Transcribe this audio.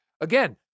again